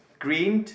green